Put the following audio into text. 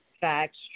facts